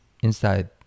inside